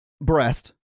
breast